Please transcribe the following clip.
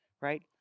Right